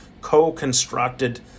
co-constructed